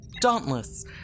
Dauntless